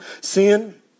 sin